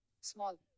small